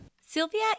Sylvia